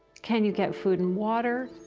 can you get food and water?